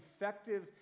effective